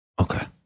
okay